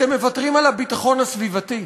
אתם מוותרים על הביטחון הסביבתי.